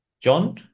John